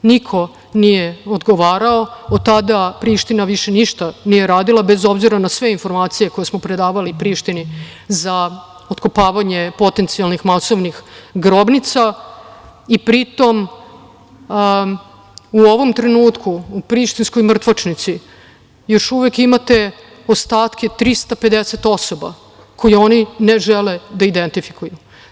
Niko nije odgovarao, od tada Priština više ništa nije radila, bez obzira na sve informacije koje smo predavali Prištini za otkopavanje potencijalnih masovnih grobnica i pri tom u ovom trenutku u prištinskoj mrtvačnici još uvek imate ostatke 350 osoba koje oni ne žele da identifikuju.